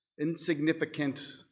insignificant